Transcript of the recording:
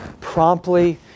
promptly